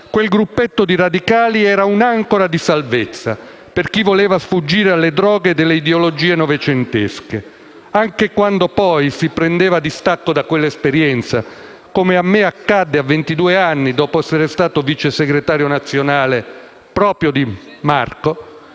Quel gruppetto di radicali era un'ancora di salvezza per chi voleva sfuggire alle droghe delle ideologie novecentesche. Anche quando poi si prendeva distacco da quell'esperienza, come a me accadde a 22 anni dopo essere stato vicesegretario nazionale proprio di Marco,